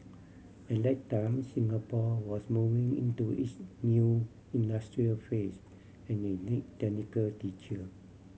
at that time Singapore was moving into its new industrial phase and they need technical teacher